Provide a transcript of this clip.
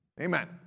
Amen